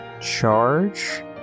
charge